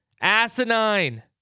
Asinine